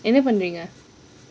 you never you ah